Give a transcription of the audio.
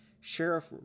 Sheriff